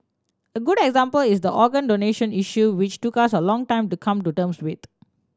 a good example is the organ donation issue which took us a long time to come to terms with